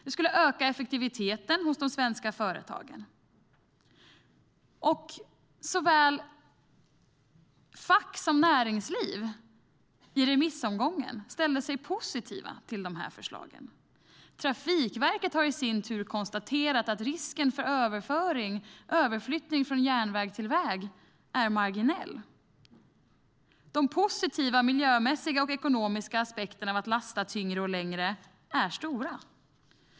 Det skulle öka effektiviteten hos de svenska företagen. Såväl fack som näringsliv ställde sig i remissomgången positiva till de förslagen. Trafikverket har i sin tur konstaterat att risken för överflyttning från järnväg till väg är marginell. De positiva miljömässiga och ekonomiska aspekterna av att lasta tyngre och längre är stora.